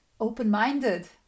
open-minded